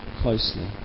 closely